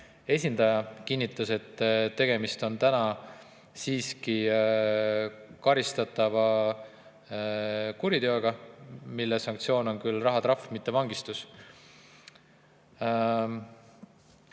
esindaja kinnitas, et tegemist on siiski karistatava kuriteoga, mille sanktsioon on küll rahatrahv, mitte vangistus.